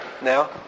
now